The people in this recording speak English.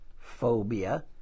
phobia